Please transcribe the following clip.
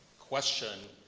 question,